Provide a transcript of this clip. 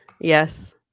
Yes